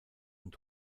und